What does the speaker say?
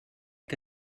que